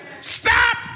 Stop